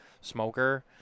smoker